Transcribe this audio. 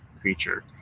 creature